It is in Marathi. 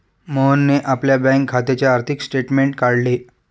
मोहनने आपल्या बँक खात्याचे आर्थिक स्टेटमेंट काढले